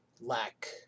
lack